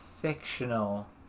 fictional